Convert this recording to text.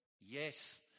yes